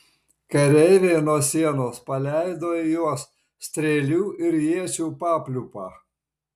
kareiviai nuo sienos paleido į juos strėlių ir iečių papliūpą